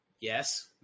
yes